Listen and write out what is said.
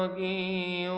um e